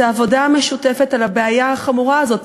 העבודה משותפת בבעיה החמורה הזאת.